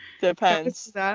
Depends